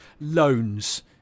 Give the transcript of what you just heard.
loans